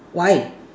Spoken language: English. why